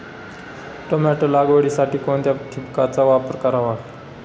Tomato लागवडीसाठी कोणत्या ठिबकचा वापर करावा?